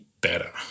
better